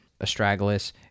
Astragalus